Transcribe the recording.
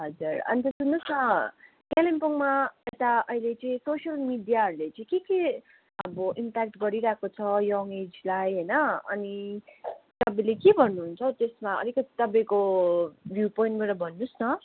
हजुर अन्त सुन्नुहोस् न कालिम्पोङमा यता अहिले चाहिँ सोसियल मिडियाहरूले चाहिँ के के अब इम्प्याकट गरिरहेको छ यङ एजलाई होइन अनि तपाईँले के भन्नुहुन्छ हौ त्यसमा अलिकति तपाईँको भ्यू पोइन्टबाट भन्नुहोस् न